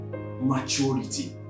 maturity